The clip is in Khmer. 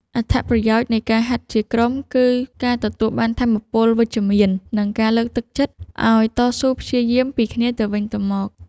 អត្ថប្រយោជន៍នៃការហាត់ជាក្រុម គឺការទទួលបានថាមពលវិជ្ជមាន និងការលើកទឹកចិត្តឱ្យតស៊ូព្យាយាមពីគ្នាទៅវិញទៅមក។